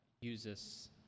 uses